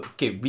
Okay